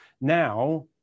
Now